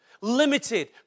limited